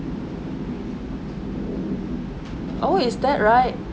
oh is that right